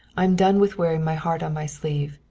i'm done with wearing my heart on my sleeve.